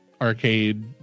arcade